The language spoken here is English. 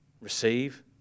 receive